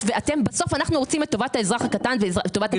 ובסוף אנחנו רוצים את טובת האזרח הקטן וטובת הציבור.